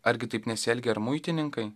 argi taip nesielgia ir muitininkai